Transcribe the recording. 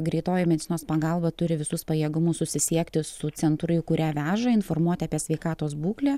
greitoji medicinos pagalba turi visus pajėgumus susisiekti su centru į kurią veža informuot apie sveikatos būklę